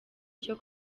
cyo